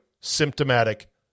symptomatic